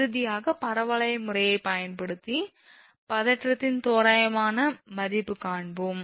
இறுதியாக பரவளைய முறையைப் பயன்படுத்தி பதற்றத்தின் தோராயமான மதிப்பு காண்போம்